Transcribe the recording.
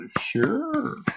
Sure